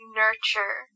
nurture